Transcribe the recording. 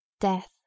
Death